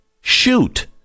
shoot